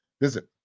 Visit